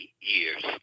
years